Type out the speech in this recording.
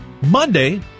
Monday